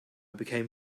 became